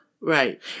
Right